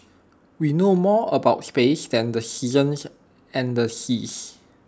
we know more about space than the seasons and the seas